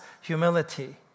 humility